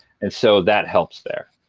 and so that helps there.